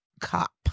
cop